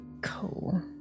cool